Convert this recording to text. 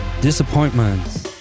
disappointments